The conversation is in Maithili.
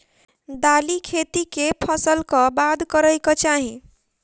दालि खेती केँ फसल कऽ बाद करै कऽ चाहि?